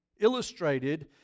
illustrated